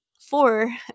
four